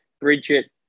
Bridget